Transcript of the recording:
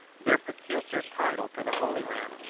their peculiar title to the holy land,